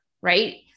right